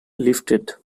lifted